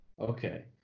Okay